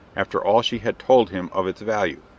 after all she had told him of its value.